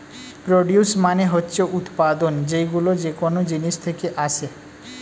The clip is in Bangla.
প্রডিউস মানে হচ্ছে উৎপাদন, যেইগুলো যেকোন জিনিস থেকে আসে